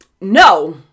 no